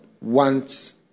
wants